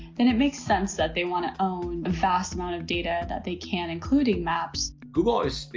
then it makes sense that they want to own a vast amount of data that they can, including maps, google earth.